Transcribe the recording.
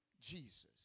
Jesus